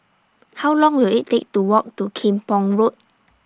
How Long Will IT Take to Walk to Kim Pong Road